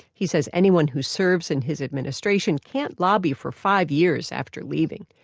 he said anyone who serves in his administration can't lobby for five years after leaving.